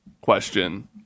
question